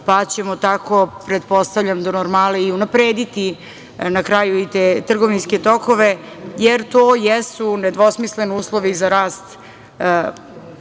pa ćemo tako, pretpostavljam, do normale i unaprediti na kraju i te trgovinske tokove, jer to jesu nedvosmislen uslov i za rast